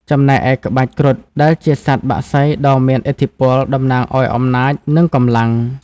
ចំណែកឯក្បាច់ គ្រុឌ ដែលជាសត្វបក្សីដ៏មានឥទ្ធិពលតំណាងឱ្យអំណាច និងកម្លាំង។